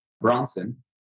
Bronson